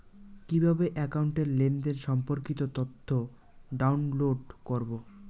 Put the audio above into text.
কিভাবে একাউন্টের লেনদেন সম্পর্কিত তথ্য ডাউনলোড করবো?